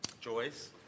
Joyce